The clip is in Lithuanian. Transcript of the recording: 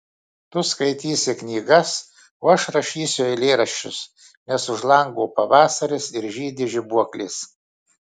tu skaitysi knygas o aš rašysiu eilėraščius nes už lango pavasaris ir žydi žibuoklės